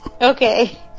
Okay